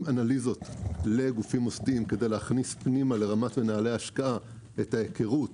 אנליזות לגופים מוסדיים כדי להכניס פנימה לרמת נהלי ההשקעה את ההיכרות